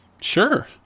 Sure